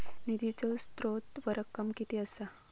निधीचो स्त्रोत व रक्कम कीती असा?